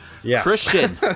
Christian